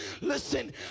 Listen